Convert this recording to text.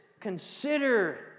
consider